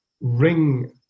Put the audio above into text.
ring